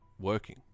working